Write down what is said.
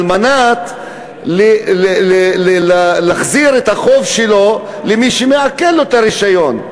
מנת להחזיר את החוב שלו למי שמעקל לו את הרישיון?